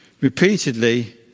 Repeatedly